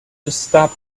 stop